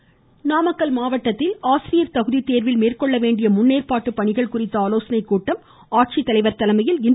இருவரி நாமக்கல் மாவட்டத்தில் ஆசிரியர் தகுதி தேர்வில் மேற்கொள்ள வேண்டிய முன்னேற்பாட்டு பணிகள் குறித்த ஆலோசனைக் கூட்டம் ஆட்சித்தலைவர் திருமதி